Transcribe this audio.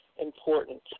important